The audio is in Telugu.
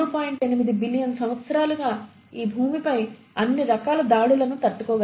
8 బిలియన్ సంవత్సరాలుగా ఈ భూమిపై అన్ని రకాల దాడులను తట్టుకోగలిగాయి